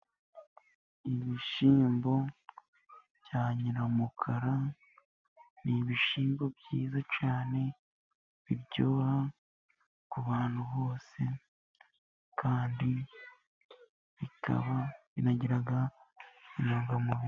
Ibishyimbo bya nyiramukara ni ibishyimbo byiza cyane biryoha, ku bantu bose, kandi bikaba binagira intungamubiri.